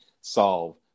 solve